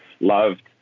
loved